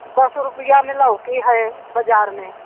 दस रुपये में लौकी है बाज़ार में